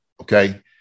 okay